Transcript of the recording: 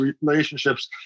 relationships